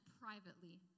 privately